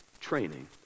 training